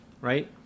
right